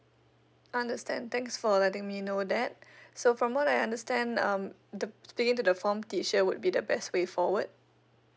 understand thanks for letting me know that so from what I understand um the speaking to the form teacher would be the best way forward